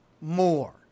more